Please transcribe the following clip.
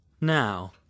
Now